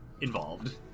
involved